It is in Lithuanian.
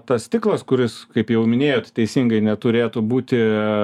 tas stiklas kuris kaip jau minėjot teisingai neturėtų būti